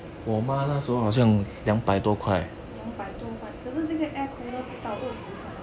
两百多块可是这个 air cooler 不到二十块